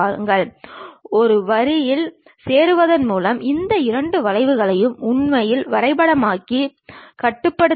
அதாவது அதே ஆங்கில சிறிய எழுத்துக்கள் அதனுடன் இரண்டு மேற்கோள் குறியீடுகள் பக்கவாட்டு தோற்றத்தை குறிக்கிறது